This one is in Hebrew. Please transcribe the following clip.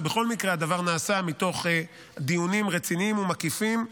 ובכל מקרה הדבר נעשה מתוך דיונים רציניים ומקיפים,